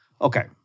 Okay